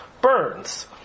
burns